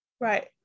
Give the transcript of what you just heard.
Right